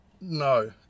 No